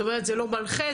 זה לא מנחה,